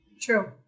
True